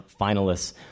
finalists